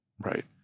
right